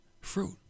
fruit